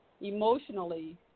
emotionally